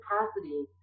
capacity